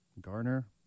Garner